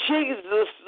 Jesus